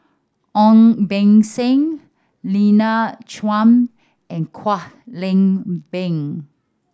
Ong Beng Seng Lina Chiam and Kwek Leng Beng